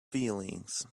feelings